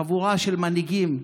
חבורה של מנהיגים,